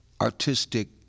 artistic